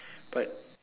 but